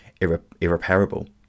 irreparable